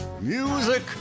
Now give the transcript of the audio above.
Music